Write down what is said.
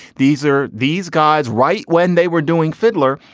these are these guys, right when they were doing fiddler.